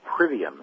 Privium